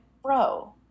bro